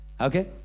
Okay